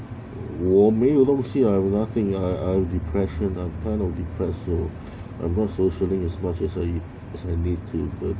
我没有东西啦 I have nothing lah I I have depression I'm kind of depressed so I'm not socialing as much as I as I need to